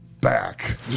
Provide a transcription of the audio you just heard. back